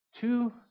two